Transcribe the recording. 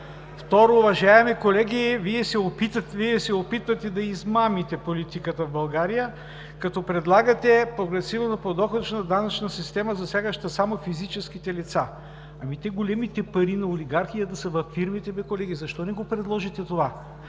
Второ, уважаеми колеги, Вие се опитвате да измамите политиката в България като предлагате прогресивна подоходна данъчна система, засягаща само физическите лица. Те, големите пари на олигархията са във фирмите бе, колеги, защо не го предложите това?